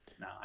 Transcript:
no